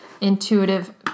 intuitive